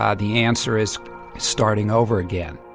um the answer is starting over again.